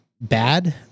bad